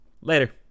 Later